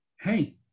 hey